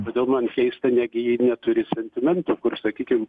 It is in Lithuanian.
todėl man keista negi ji neturi sentimentų kur sakykim